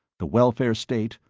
the welfare state,